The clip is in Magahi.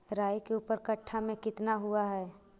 राई के ऊपर कट्ठा में कितना हुआ है?